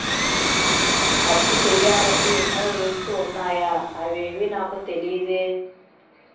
అప్పు చెయ్యాలంటే ఎన్నో రూల్స్ ఉన్నాయా అవేవీ నాకు తెలీదే